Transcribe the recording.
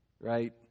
Right